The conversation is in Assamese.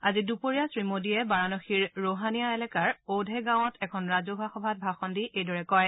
আজি দুপৰীয়া শ্ৰী মোডীয়ে বাৰাণসীৰ ৰহানিয়া এলেকাৰ ঔধে গাঁৱত এখন ৰাজহুৱা সভাত ভাষণ দি এইদৰে কয়